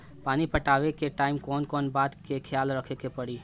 पानी पटावे टाइम कौन कौन बात के ख्याल रखे के पड़ी?